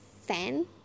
fan